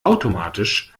automatisch